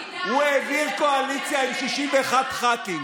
הוא העביר קואליציה עם 61 חברי כנסת.